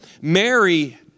Mary